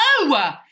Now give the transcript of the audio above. no